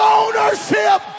ownership